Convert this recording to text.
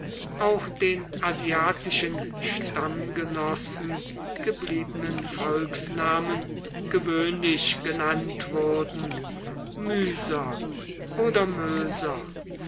auch den asiatischen stammgenossen gebliebenen volksnamen gewöhnlich genannt wurden myser oder möser